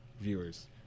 viewers